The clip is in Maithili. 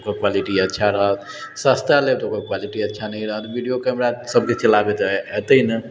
क्वालिटी अच्छा रहत सस्ता लेब तऽ ओकर क्वालिटी अच्छा नहि रहत वीडियो कैमरा सबके चलाबे तऽ एतै नहि